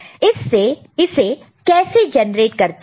तो इसे कैसे जनरेट करते हैं